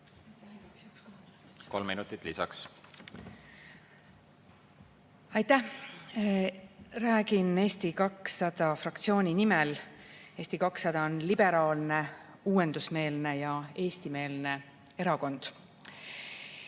Kolm minutit lisaks. Aitäh! Räägin Eesti 200 fraktsiooni nimel. Eesti 200 on liberaalne, uuendusmeelne ja eestimeelne erakond.